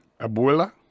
Abuela